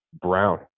Brown